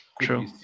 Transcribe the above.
true